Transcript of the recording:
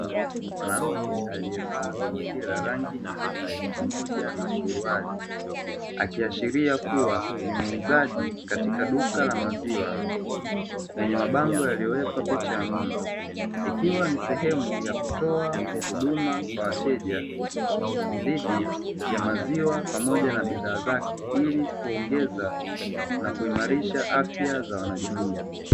Mwanamke aliyevaa koti la rangi nyeupe pamoja na suruali akiashiria kuwa ni muuzaji katika duka la maziwa lenye mabango yaliyowekwa picha ya ng'ombe ikiwa ni sehemu ya kutoa huduma kwa wateja, ndiji ya maziwa pamoja na bidhaa zake ili kuongezwa na kuimarisha afya za jamii.